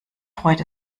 freut